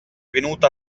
venuta